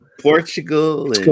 Portugal